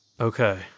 Okay